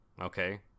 Okay